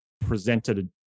presented